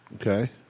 okay